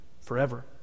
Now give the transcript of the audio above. forever